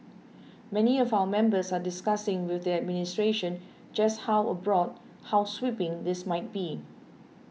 many of our members are discussing with the administration just how broad how sweeping this might be